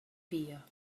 via